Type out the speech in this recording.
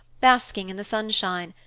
basking in the sunshine,